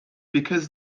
because